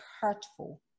hurtful